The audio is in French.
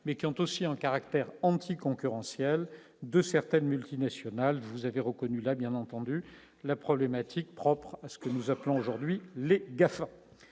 mais qui ont aussi un caractère anticoncurrentiel de certaines multinationales vous avez reconnu la bien entendu la problématique propre à ce que nous appelons aujourd'hui les